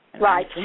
Right